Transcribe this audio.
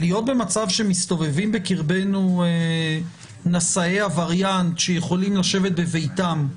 להיות במצב שמסתובבים בקרבנו נשאי הווריאנט שיכולים לשבת בביתם,